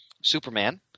Superman